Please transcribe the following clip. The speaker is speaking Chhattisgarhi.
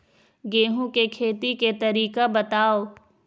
गेहूं के खेती के तरीका बताव?